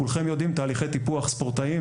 כולכם יודעים תהליכי טיפוח ספורטאים,